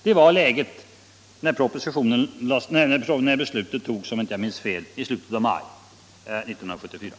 Det var i slutet av maj 1974.